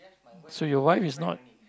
so your wife is not